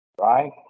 Right